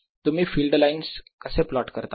तुम्ही field lines कसे plot करता